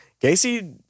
Casey